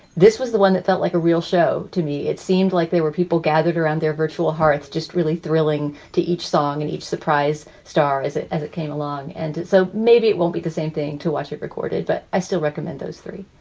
this was the one that felt like a real show to me. it seemed like they were people gathered around their virtual hearts, just really thrilling to each song and each surprise star as it as it came along. and so maybe it won't be the same thing to watch it recorded. but i still recommend those three.